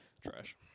Trash